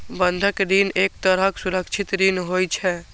बंधक ऋण एक तरहक सुरक्षित ऋण होइ छै